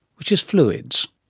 which is fluids.